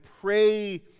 pray